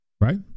right